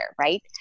right